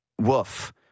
woof